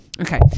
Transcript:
okay